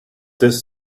this